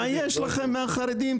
מה יש לכם מהחרדים?